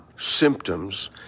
symptoms